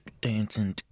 dancing